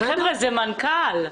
חבר'ה, זה מנכ"ל.